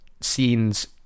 scenes